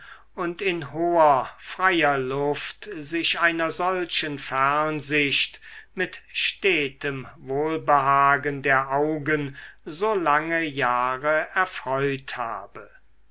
und in hoher freier luft sich einer solchen fernsicht mit stetem wohlbehagen der augen so lange jahre erfreut habe